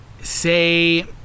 say